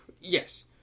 yes